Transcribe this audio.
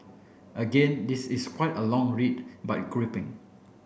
again this is quite a long read but gripping